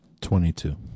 Twenty-two